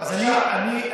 אז אני מקווה,